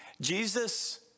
Jesus